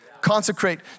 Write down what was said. Consecrate